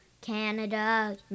Canada